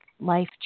life